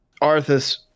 Arthas